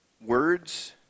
words